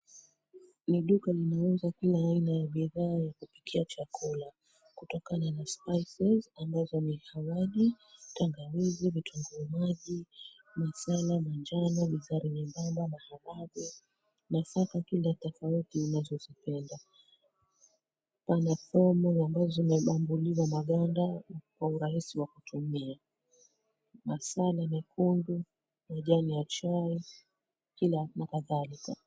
Ni duka linauza kila aina ya bidhaa ya kupikia chakula kutokana na spices ambazo ni hamadi, tangawizi, vitunguu maji, masala manjano, bizari nyembamba , maharagwe nataka tofauti unazozipenda. Pana thomu ambazo zimebambuliwa maganda kwa urahisi wa kutumia. Masala mekundu, majani ya chai na kadhalika.